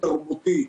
תרבותי.